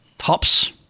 hops